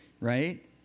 right